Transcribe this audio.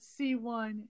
C1